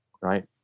right